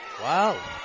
Wow